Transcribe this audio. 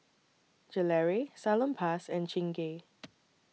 Gelare Salonpas and Chingay